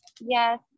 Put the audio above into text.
Yes